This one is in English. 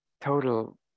total